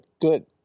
Good